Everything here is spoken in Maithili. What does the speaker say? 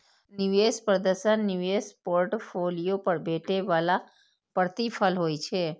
निवेश प्रदर्शन निवेश पोर्टफोलियो पर भेटै बला प्रतिफल होइ छै